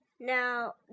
Now